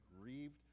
grieved